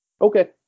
Okay